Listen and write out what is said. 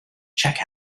check